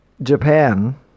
Japan